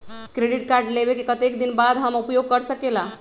Credit card लेबे के कतेक दिन बाद हम उपयोग कर सकेला?